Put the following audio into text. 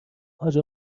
حاج